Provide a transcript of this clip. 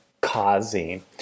causing